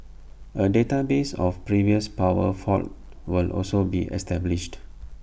A database of previous power faults will also be established